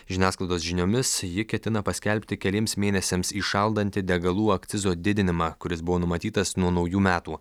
žiniasklaidos žiniomis ji ketina paskelbti keliems mėnesiams įšaldanti degalų akcizo didinimą kuris buvo numatytas nuo naujų metų